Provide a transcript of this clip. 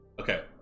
Okay